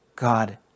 God